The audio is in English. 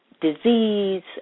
disease